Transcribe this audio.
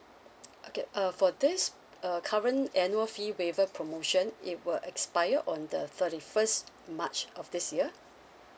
okay uh for this uh current annual fee waiver promotion it will expire on the thirty first march of this year